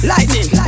Lightning